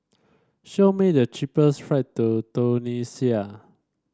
show me the cheapest flight to Tunisia